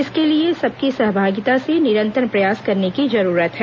इसके लिए सबकी सहभागिता से निरंतर प्रयास करने की जरूरत है